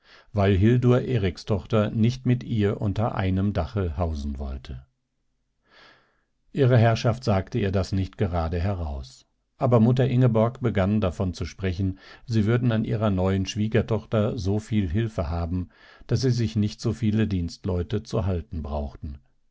weil hildur erikstochter nicht mit ihr unter einem dache hausen wollte ihre herrschaft sagte ihr das nicht gerade heraus aber mutter ingeborg begann davon zu sprechen sie würden an ihrer neuen schwiegertochter so viel hilfe haben daß sie sich nicht so viele dienstleute zu halten brauchten